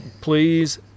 Please